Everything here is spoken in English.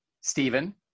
Stephen